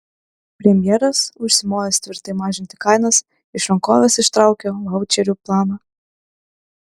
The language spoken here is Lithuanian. premjeras užsimojęs tvirtai mažinti kainas iš rankovės ištraukė vaučerių planą